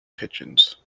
pigeons